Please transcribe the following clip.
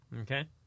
Okay